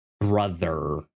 brother